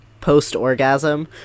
post-orgasm